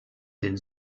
den